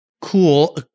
cool